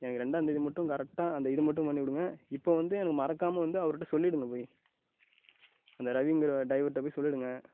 எனக்கு ரெண்டாந்தேதி மட்டும் கரெக்டாக அந்த இது மட்டும் பண்ணிவிடுங்க இப்போது வந்து எனக்கு மறக்காமல் வந்து அவருகிட்ட சொல்லிடுங்க போய் அந்த ரவிங்கிற டிரைவர்கிட்ட போய் சொல்லிவிடுங்க